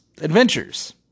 adventures